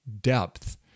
depth